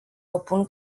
opun